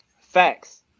facts